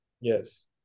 Yes